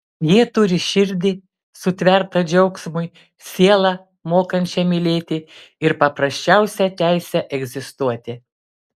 jie turi širdį sutvertą džiaugsmui sielą mokančią mylėti ir paprasčiausią teisę egzistuoti